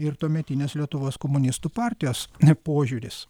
ir tuometinės lietuvos komunistų partijos ne požiūris